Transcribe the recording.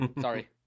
Sorry